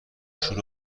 شور